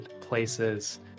places